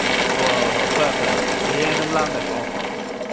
ꯍꯣꯏ ꯍꯣꯏ ꯍꯣꯏ ꯐꯔꯦ ꯐꯔꯦ ꯑꯗꯨꯗꯤ ꯍꯌꯦꯡ ꯑꯗꯨꯝ ꯂꯥꯛꯑꯝꯗꯥꯏ ꯄꯥꯎ ꯐꯥꯎꯔꯛꯑꯣ